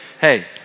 hey